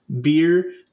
beer